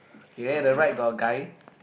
okay the right got a guy